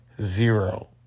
Zero